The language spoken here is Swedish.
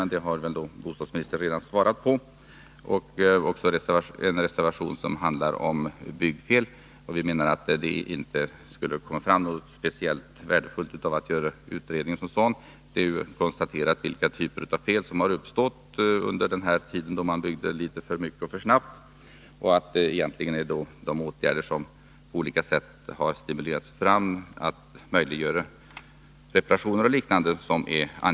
Den frågan har bostadsministern redan berört. En annan reservation handlar om byggfel. Vi menar att en utredning inte skulle få fram något värdefullt. Det är konstaterat vilka typer av fel som har uppstått under den tid då man byggde litet för mycket och för snabbt. Åtgärder har på olika sätt stimulerats fram för att möjliggöra reparationer och liknande.